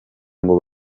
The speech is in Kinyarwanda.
ngo